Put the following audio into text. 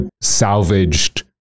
salvaged